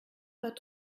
pas